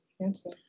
Answer